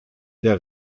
der